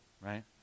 right